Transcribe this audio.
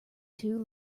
two